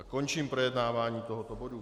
Končím projednávání tohoto bodu.